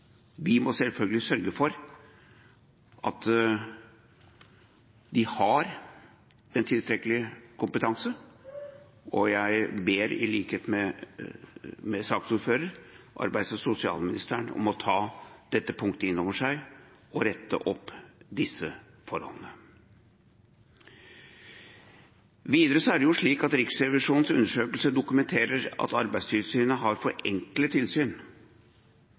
Vi må selvfølgelig sørge for at de har en tilstrekkelig kompetanse, og jeg ber, i likhet med saksordføreren, arbeids- og sosialministeren om å ta dette punktet inn over seg og rette opp i disse forholdene. Videre er det slik at Riksrevisjonens undersøkelse dokumenterer at Arbeidstilsynet har for enkle tilsyn,